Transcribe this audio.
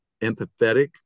empathetic